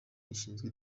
rishinzwe